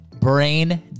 Brain